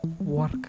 work